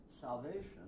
salvation